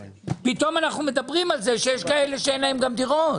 פתאום אנחנו מדברים על זה שיש כאלה שאין להם גם דירות,